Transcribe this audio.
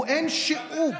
לאין שיעור,